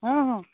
ହଁ ହଁ